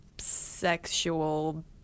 Sexual